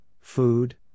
food